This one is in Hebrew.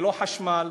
ללא חשמל,